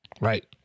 Right